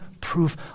proof